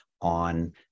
on